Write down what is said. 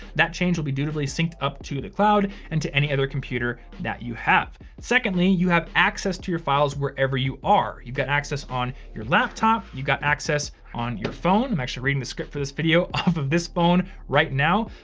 that change will be dutifully synced up to the cloud, and to any other computer that you have. secondly, you have access to your files, wherever you are. you got access on your laptop, you got access on your phone, i'm actually reading the script for this video off of this bone right now.